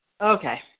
Okay